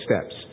steps